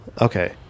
okay